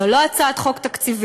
זו לא הצעת חוק תקציבית,